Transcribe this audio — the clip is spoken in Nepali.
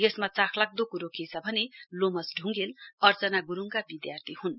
यसमा चाखलाग्दो क्रो के छ भने लोमस ढ़ङ्गेल अर्चना ग्रुडका विद्यार्थी हन्